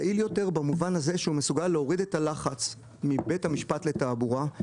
יעיל יותר במובן הזה שהוא מסוגל להוריד את הלחץ מבית המשפט לתעבורה.